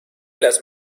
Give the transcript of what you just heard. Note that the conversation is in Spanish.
las